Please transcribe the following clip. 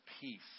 peace